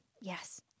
yes